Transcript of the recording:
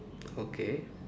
okay